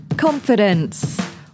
confidence